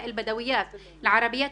סבח אל ח'יר,